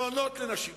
למעונות לנשים מוכות.